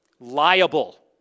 liable